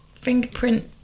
fingerprint